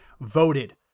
voted